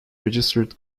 registered